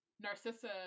Narcissa